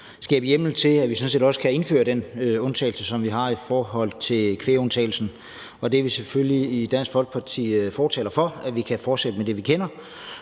skabe hjemmel til, at vi sådan set også kan indføre den undtagelse, som vi har i forhold til kvægundtagelsen. Det er vi selvfølgelig i Dansk Folkeparti fortalere for, nemlig at vi kan fortsætte med det, vi kender.